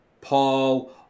Paul